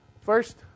First